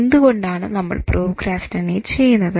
എന്തുകൊണ്ടാണ് നമ്മൾ പ്രോക്രാസ്റ്റിനേറ്റ് ചെയ്യുന്നത്